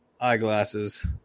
eyeglasses